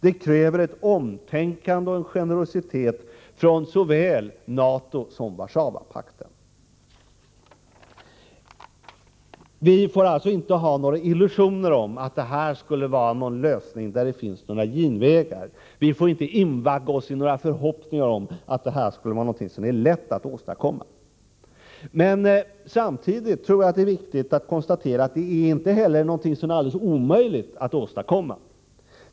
Det krävs omtänkande och generositet från såväl NATO som Warszawapakten. Vi får alltså inte ha några illusioner om att detta skulle vara en lösning, där det finns genvägar. Vi får inte invagga oss i förhoppningar om att en kärnvapenfri zon skulle vara lätt att åstadkomma. Men samtidigt är det viktigt att konstatera ” att det inte heller är alldeles omöjligt.